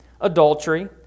adultery